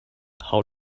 how